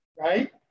right